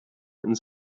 ins